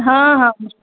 हाँ हाँ